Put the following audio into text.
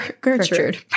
Gertrude